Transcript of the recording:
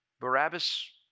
Barabbas